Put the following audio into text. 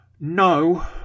No